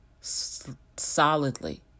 solidly